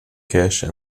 cache